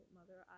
Mother